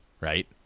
right